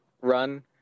run